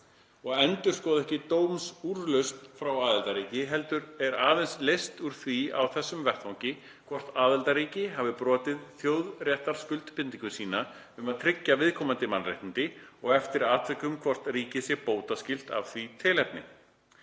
og endurskoða ekki dómsúrlausn frá aðildarríki, heldur er aðeins leyst úr því á þessum vettvangi hvort aðildarríki hafi brotið þjóðréttarskuldbindingu sína um að tryggja viðkomandi mannréttindi og eftir atvikum hvort ríkið sé bótaskylt af því tilefni.